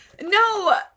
No